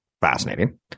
fascinating